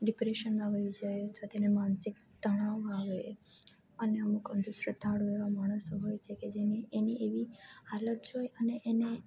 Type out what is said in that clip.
ડિપ્રેશનમાં વયો જાય અથવા તેને માનસિક તણાવમાં આવે અને અમુક અંધ શ્રદ્ધાળુ એવા માણસો હોય છે કે જેની એની એવી હાલત જોઈ અને એને